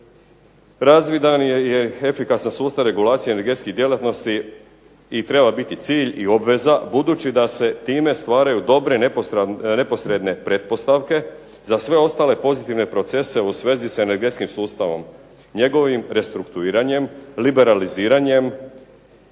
razvidan je i efikasan sustav regulacije energetskih djelatnosti i treba biti cilj i obveza, budući da se time stvaraju dobre neposredne pretpostavke, za sve ostale pozitivne procese u svezi s energetskim sustavom, njegovim restrukturiranjem, liberaliziranjem,